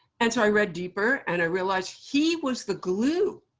and so, i read deeper. and i realized he was the glue